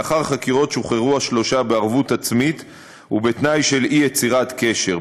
לאחר החקירות שוחררו השלושה בערבות עצמית ובתנאי של אי-יצירת קשר,